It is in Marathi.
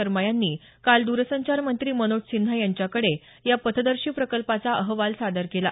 शर्मा यांनी काल द्रसंचार मंत्री मनोज सिन्हा यांच्याकडे या पथदर्शी प्रकल्पाचा अहवाल सादर केला